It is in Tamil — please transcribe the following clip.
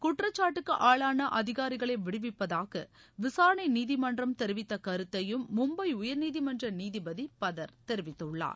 குற்றச்சாட்டுக்கு ஆளான அதிகாரிகளை விடுவிப்பதாக விசாரணை நீதிமன்றம் தெரிவித்த கருத்தையும் மும்பை உயர்நீதிமன்ற நீதிபதி பதர் தெரிவித்துள்ளார்